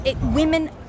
Women